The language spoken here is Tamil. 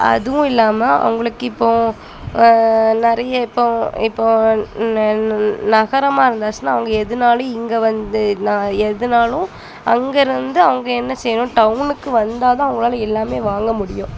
அதுவும் இல்லாமல் அவங்களுக்கு இப்போது நிறைய இப்போது இப்போது ந நகரமாக இருந்துச்சின்னால் அவங்க எதுனாலும் இங்கே வந்து நான் எதுனாலும் அங்க இருந்து அவங்க என்ன செய்யணும் டவுனுக்கு வந்தால் தான் அவங்களால எல்லாமே வாங்க முடியும்